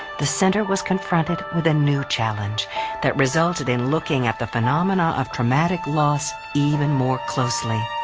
the center was confronted with a new challenge that resulted in looking at the phenomena of traumatic loss even more closely.